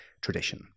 tradition